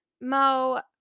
Mo